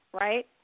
right